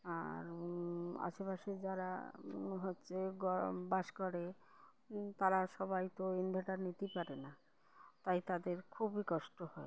আর আশেপাশে যারা হচ্ছে গ বাস করে তারা সবাই তো ইনভার্টার নিতে পারে না তাই তাদের খুবই কষ্ট হয়